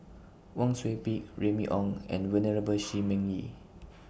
Wang Sui Pick Remy Ong and Venerable Shi Ming Yi